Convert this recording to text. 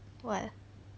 what